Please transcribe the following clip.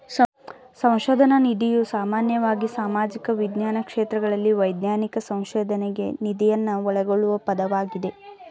ಸಂಶೋಧನ ನಿಧಿಯು ಸಾಮಾನ್ಯವಾಗಿ ಸಾಮಾಜಿಕ ವಿಜ್ಞಾನ ಕ್ಷೇತ್ರಗಳಲ್ಲಿ ವೈಜ್ಞಾನಿಕ ಸಂಶೋಧನ್ಗೆ ನಿಧಿಯನ್ನ ಒಳಗೊಳ್ಳುವ ಪದವಾಗಿದೆ